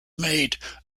made